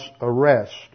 arrest